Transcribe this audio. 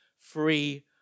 free